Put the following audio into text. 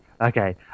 Okay